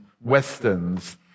Westerns